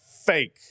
fake